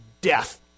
death